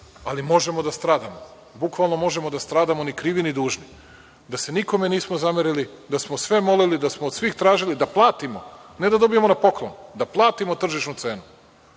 ali možemo da stradamo. Bukvalno možemo da stradamo ni krivi ni dužni. Da se nikome nismo zamerili, da smo sve molili, da smo od svih tražili da platimo, ne da dobijemo na poklon, da platimo tržišnu cenu,